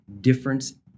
difference